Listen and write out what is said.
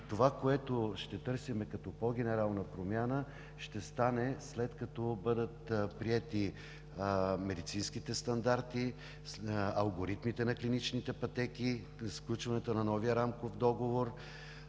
Това, което ще търсим като по-генерална промяна, ще стане, след като бъдат приети медицинските стандарти, алгоритмите на клиничните пътеки, сключването на новия Рамков договор.